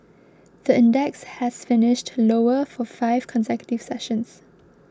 the index has finished lower for five consecutive sessions